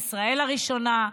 "ישראל הראשונה",